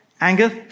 Anger